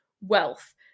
wealth